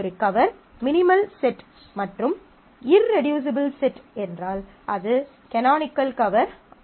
ஒரு cover minimal set மற்றும் irreducible set என்றால் அது கனோனிக்கல் கவர் ஆகும்